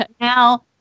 now